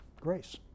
Grace